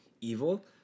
evil